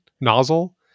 nozzle